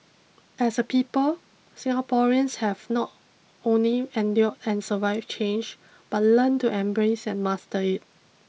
as a people Singaporeans have not only endured and survived change but learned to embrace and master it